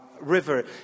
river